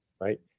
right